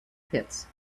pits